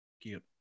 Cute